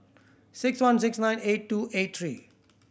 six one six one eight two eight three